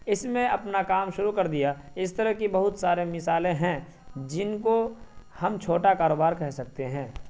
اس میں اپنا کام شروع کر دیا اس طرح کی بہت ساری مثالیں ہیں جن کو ہم چھوٹا کاروبار کہہ سکتے ہیں